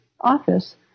office